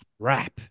crap